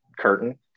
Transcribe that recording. curtain